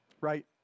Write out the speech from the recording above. right